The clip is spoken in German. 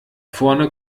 vorne